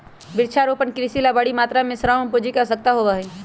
वृक्षारोपण कृषि ला बड़ी मात्रा में श्रम और पूंजी के आवश्यकता होबा हई